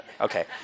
okay